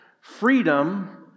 freedom